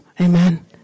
Amen